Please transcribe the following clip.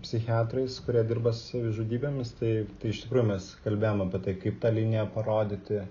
psichiatrais kurie dirba su savižudybėmis tai iš tikrųjų mes kalbėjom apie tai kaip tą liniją parodyti